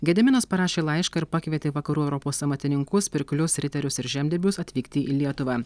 gediminas parašė laišką ir pakvietė vakarų europos amatininkus pirklius riterius ir žemdirbius atvykti į lietuvą